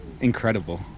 incredible